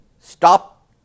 stop